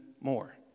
more